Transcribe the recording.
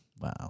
Wow